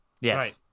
Yes